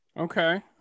Okay